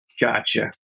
gotcha